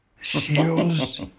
shields